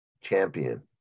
champion